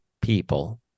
people